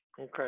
okay